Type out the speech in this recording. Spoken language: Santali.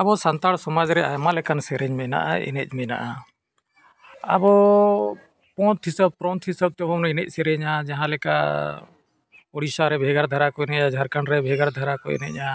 ᱟᱵᱚ ᱥᱟᱱᱛᱟᱲ ᱥᱚᱢᱟᱡᱽ ᱨᱮ ᱟᱭᱢᱟ ᱞᱮᱠᱟᱱ ᱥᱮᱨᱮᱧ ᱢᱮᱱᱟᱜᱼᱟ ᱮᱱᱮᱡ ᱢᱮᱱᱟᱜᱼᱟ ᱟᱵᱚ ᱯᱚᱱᱛᱷ ᱦᱤᱸᱥᱟᱹᱵᱽ ᱯᱨᱚᱱᱛᱷ ᱦᱤᱸᱥᱟᱹᱵᱽ ᱛᱮᱵᱚᱱ ᱮᱱᱮᱡ ᱥᱮᱨᱮᱧᱟ ᱡᱟᱦᱟᱸ ᱞᱮᱠᱟ ᱩᱲᱤᱥᱥᱟ ᱨᱮ ᱵᱷᱮᱜᱟᱨ ᱫᱷᱟᱨᱟ ᱠᱚ ᱮᱱᱮᱡᱼᱟ ᱡᱷᱟᱲᱠᱷᱚᱸᱰ ᱨᱮ ᱵᱷᱮᱜᱟᱨ ᱫᱷᱟᱨᱟ ᱠᱚ ᱮᱱᱮᱡᱼᱟ